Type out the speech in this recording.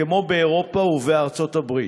כמו באירופה ובארצות הברית,